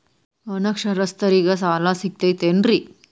ಅನಕ್ಷರಸ್ಥರಿಗ ಸಾಲ ಸಿಗತೈತೇನ್ರಿ?